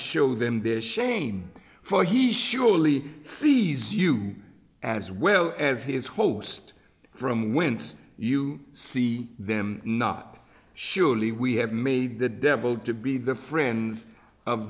show them be a shame for he surely see you as well as his host from whence you see them not surely we have made the devil to be the friends of